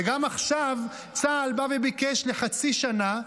וגם עכשיו צה"ל בא וביקש לחצי שנה,